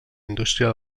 indústria